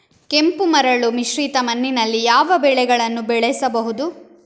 ಕೆಂಪು ಮರಳು ಮಿಶ್ರಿತ ಮಣ್ಣಿನಲ್ಲಿ ಯಾವ ಬೆಳೆಗಳನ್ನು ಬೆಳೆಸಬಹುದು?